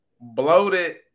bloated